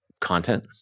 content